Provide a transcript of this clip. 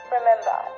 Remember